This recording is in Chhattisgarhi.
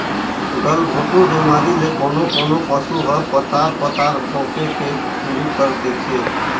गलघोंटू बेमारी ले कोनों कोनों पसु ह पतार पतार पोके के सुरु कर देथे